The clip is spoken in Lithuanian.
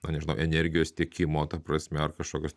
na nežinau energijos tiekimo ta prasme ar kažkokius